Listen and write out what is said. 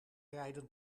rijden